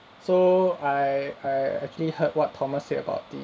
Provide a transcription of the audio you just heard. so I I actually heard what thomas said about the